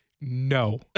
No